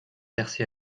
percé